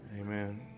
Amen